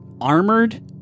armored